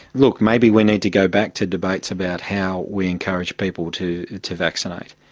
look, maybe we need to go back to debates about how we encourage people to to vaccinate.